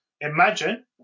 imagine